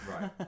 Right